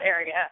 area